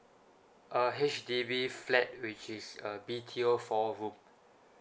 uh H_D_B flat which is a B_T_O four room